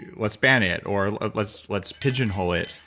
let's ban it or ah let's let's pigeonhole it.